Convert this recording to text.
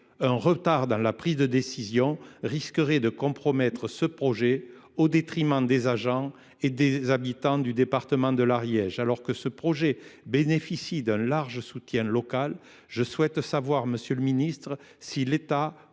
Un retard dans la prise de décision risquerait de compromettre le projet, au détriment des agents et des habitants du département de l’Ariège. Alors que ce projet bénéficie d’un large soutien local, je souhaite savoir si l’État